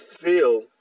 feel